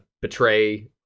betray